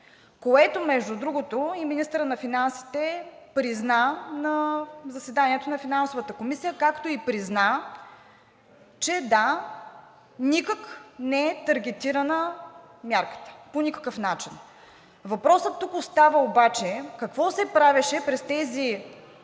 което, между другото, и министърът на финансите призна на заседанието на Финансовата комисия, както и призна, че, да, никак не е таргетирана мярката. По никакъв начин. Въпросът тук остава обаче: какво се правеше през тези